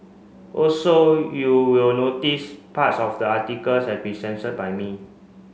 also you will notice parts of the articles have been censored by me